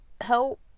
help